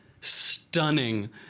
stunning